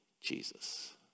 Jesus